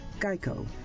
GEICO